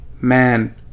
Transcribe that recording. Man